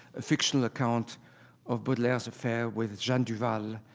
a fictional account of beaudelaire's affair with jeanne duval. i